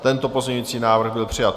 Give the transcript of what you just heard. Tento pozměňovací návrh byl přijat.